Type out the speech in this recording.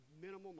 minimum